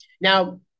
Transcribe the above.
Now